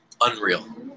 Unreal